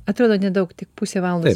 atrodo nedaug tik pusė valandos